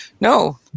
No